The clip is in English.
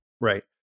Right